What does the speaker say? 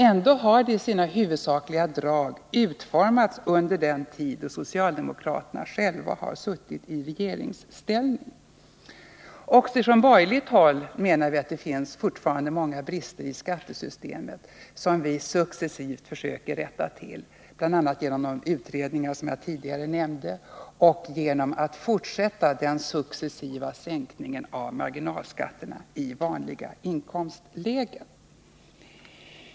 Ändå har det i sina huvudsakliga drag utformats under den tid då socialdemokraterna själva satt i regeringsställning. Också från borgerligt håll menar vi att det fortfarande finns många brister i skattesystemet som vi successivt försöker rätta till, bl.a. genom de utredningar som jag tidigare nämnde och genom att fortsätta den successiva sänkningen av marginalskatterna i vanliga inkomstlägen.